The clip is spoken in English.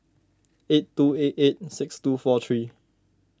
eight two eight eight six two four three